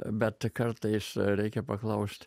bet kartais reikia paklaust